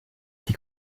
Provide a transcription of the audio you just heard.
die